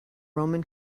roman